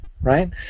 right